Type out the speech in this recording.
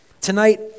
Tonight